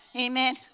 amen